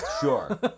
Sure